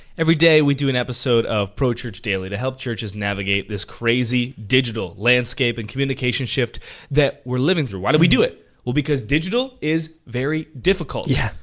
every day we do an episode of pro church daily to help churches navigate this crazy digital landscape and communication shift that we're living through. why do we it? well because digital is very difficult. yeah.